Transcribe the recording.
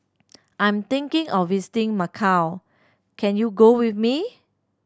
I'm thinking of visiting Macau can you go with me